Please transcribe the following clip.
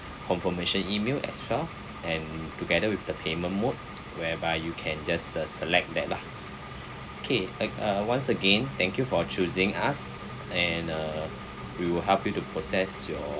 confirmation email as well and together with the payment mode whereby you can just se~ select that lah K tha~ uh once again thank you for choosing us and uh we will help you to process your